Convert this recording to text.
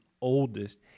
oldest